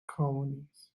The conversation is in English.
colonies